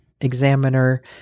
examiner